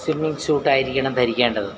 swimming സ്യുട്ടായിരിക്കണം ധരിക്കേണ്ടത്